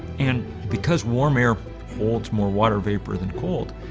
and because warm air holds more water vapor than cold,